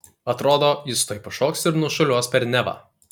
atrodo jis tuoj pašoks ir nušuoliuos per nevą